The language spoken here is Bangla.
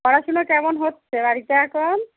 পড়াশুনো কেমন হচ্ছে বাড়িতে এখন